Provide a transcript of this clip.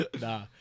Nah